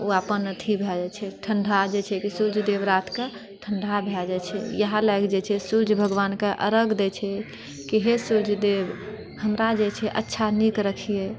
ओ अपन अथि भए जाइ छै ठण्डा जे छै कि सूर्य देव रात कऽ ठण्डा भए जाइ छै इएह लए कऽ जे छै सूर्य भगवानके अरघ दय छै कि हे सूर्य देव हमरा जे छै अच्छा नीक रखिऐ